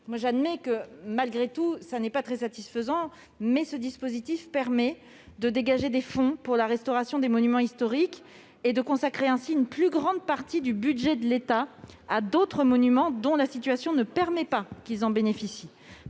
J'admets que ce dispositif n'est pas très satisfaisant, mais il permet de dégager des fonds pour la restauration des monuments historiques et de consacrer ainsi une plus grande part du budget de l'État à d'autres monuments dont la situation ne permet pas qu'ils en bénéficient,